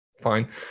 fine